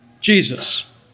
Jesus